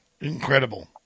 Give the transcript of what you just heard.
Incredible